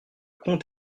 comte